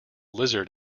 lizard